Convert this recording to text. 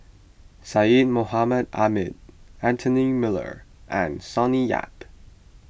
Syed Mohamed Ahmed Anthony Miller and Sonny Yap